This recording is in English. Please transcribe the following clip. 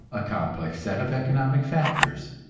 a complex set of economic factors.